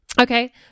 okay